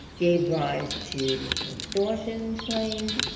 gave rise to extortion claim,